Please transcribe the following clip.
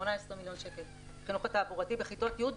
18 מיליון שקל חינוך תעבורתי בכיתות י',